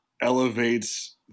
elevates